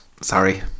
Sorry